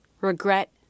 Regret